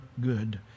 good